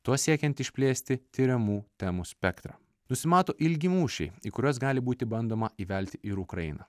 tuo siekiant išplėsti tiriamų temų spektrą nusimato ilgi mūšiai į kuriuos gali būti bandoma įvelti ir ukrainą